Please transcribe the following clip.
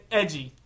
edgy